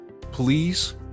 please